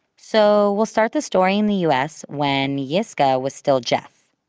so, we'll start the story in the us, when yiscah was still jeff